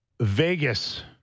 Vegas